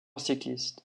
cycliste